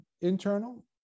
internal